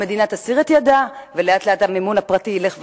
המדינה תסיר את ידה ולאט-לאט המימון הפרטי ילך ויעלה,